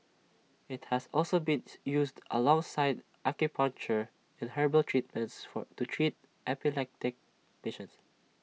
IT has also been used alongside acupuncture and herbal treatments for to treat epileptic patients